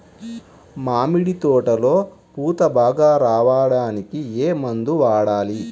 మామిడి తోటలో పూత బాగా రావడానికి ఏ మందు వాడాలి?